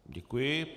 Děkuji.